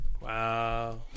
Wow